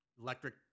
electric